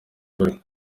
ukuri